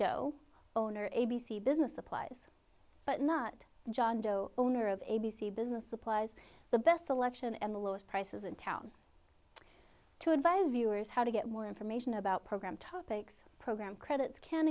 joe owner a b c business applies but not john doe owner of a b c business supplies the best selection and the lowest prices in town to advise viewers how to get more information about program topics program credits can